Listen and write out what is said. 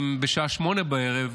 אם בשעה 20:00,